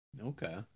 Okay